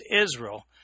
Israel